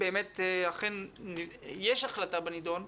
אם באמת אכן יש החלטה בנידון,